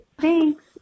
Thanks